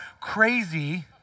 crazy—